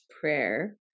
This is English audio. prayer